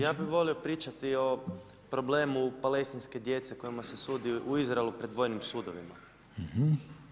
Ja bi volio pričati o problemu palestinske djece kojima se sudi u Izraelu pred vojnim sudom.